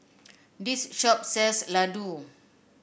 this shop sells Ladoo